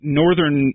northern